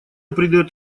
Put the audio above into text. придает